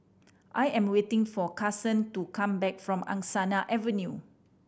I am waiting for Carson to come back from Angsana Avenue